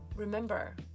Remember